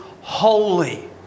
holy